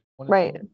Right